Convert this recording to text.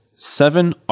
Seven